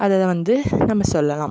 அது வந்து நம்ம சொல்லலாம்